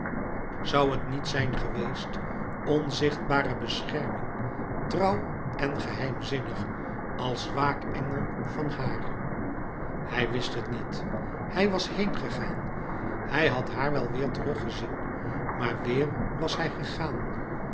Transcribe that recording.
zoû het niet zijn geweest onzichtbare bescherming trouw en geheimzinnig als waakengel van hàar hij wist het niet hij was heengegaan hij had haar wel weêr teruggezien maar weêr was hij gegaan